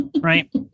right